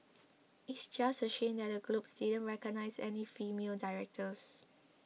it's just a shame that the Globes didn't recognise any female directors